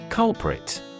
Culprit